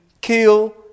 kill